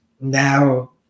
now